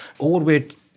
overweight